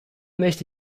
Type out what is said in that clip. möchte